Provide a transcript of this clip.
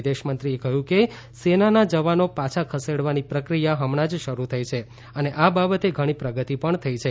વિદેશમંત્રીએ કહ્યું કે સેનાના જવાનો પાછા ખસેડવાની પ્રક્રિયા હમણાં જ શરૂ થઇ છે અને આ બાબતે ઘણી પ્રગતિ પણ થઇ છે